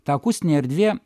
ta akustinė erdvė